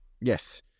Yes